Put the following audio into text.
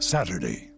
Saturday